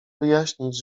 wyjaśnić